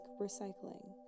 recycling